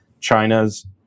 China's